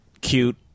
cute